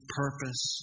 purpose